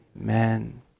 amen